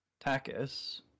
Takis